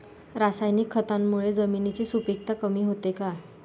रासायनिक खतांमुळे जमिनीची सुपिकता कमी होते का?